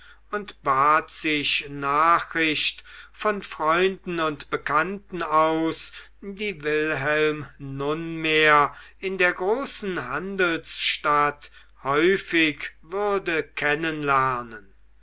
und bat sich nachricht von freunden und bekannten aus die wilhelm nunmehr in der großen handelsstadt häufig würde